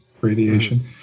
radiation